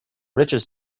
riches